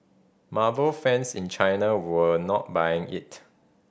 marvel fans in China were not buying it